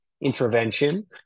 intervention